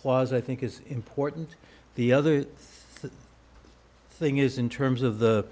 clause i think is important the other thing is in terms of the